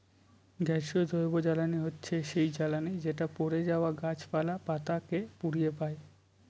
গ্যাসীয় জৈবজ্বালানী হচ্ছে সেই জ্বালানি যেটা পড়ে যাওয়া গাছপালা, পাতা কে পুড়িয়ে পাই